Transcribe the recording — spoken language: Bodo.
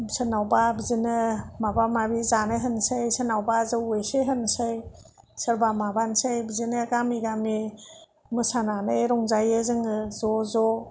सोरनावबा बिदिनो माबा माबि जानो होनसै सोरनावबा जौ एसे होनसै सोरबा माबानसै बिदिनो गामि गामि मोसानानै रंजायो जों ज'ज'